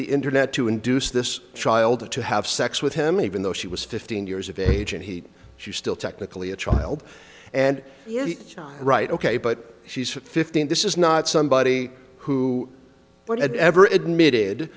the internet to induce this child to have sex with him even though she was fifteen years of age and he she still technically a child and right ok but she's fifteen this is not somebody who but ever admitted